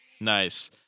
Nice